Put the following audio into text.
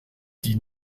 die